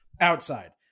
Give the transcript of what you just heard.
outside